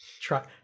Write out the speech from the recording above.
try